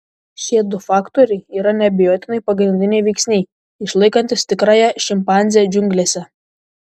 šie du faktoriai yra neabejotinai pagrindiniai veiksniai išlaikantys tikrąją šimpanzę džiunglėse